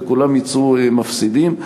וכולם יצאו מפסידים.